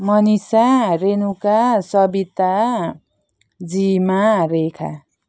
मनिषा रेनुका सविता जिमा रेखा